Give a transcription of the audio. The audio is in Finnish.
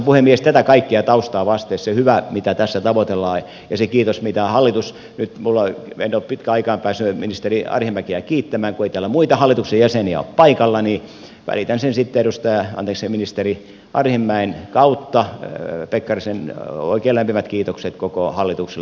tätä kaikkea taustaa vasten se hyvä mitä tässä tavoitellaan en ole pitkään aikaan päässyt ministeri arhinmäkeä kiittämään ja kun ei täällä muita hallituksen jäseniä ole paikalla niin välitän ministeri arhinmäen kautta pekkarisen oikein lämpimät kiitokset koko hallitukselle